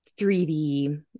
3D